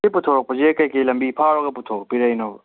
ꯁꯤ ꯄꯨꯊꯣꯔꯛꯄꯁꯦ ꯀꯔꯤ ꯀꯔꯤ ꯂꯝꯕꯤ ꯐꯥꯎꯔꯒ ꯄꯨꯊꯣꯛꯄꯤꯔꯛꯏꯅꯣꯕ